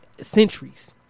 centuries